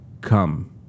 come